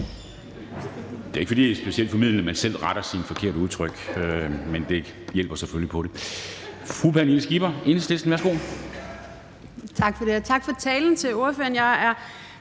Det er ikke, fordi det er specielt formildende, at man selv retter sine forkerte udtryk, men det hjælper selvfølgelig på det. Fru Pernille Skipper, Enhedslisten. Kl. 09:29 Pernille Skipper (EL): Tak for det,